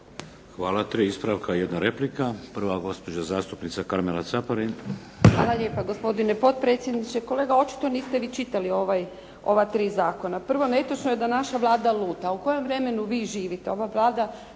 Hvala. Tri ispravka i jedna replika. Prva gospođa zastupnica Karmela Caparin. **Caparin, Karmela (HDZ)** Hvala lijepa gospodine potpredsjedniče. Kolega, očito niste vi čitali ova tri zakona. Prvo, netočno je da naša Vlada luta. U kojem vremenu vi živite? Ova Vlada